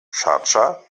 schardscha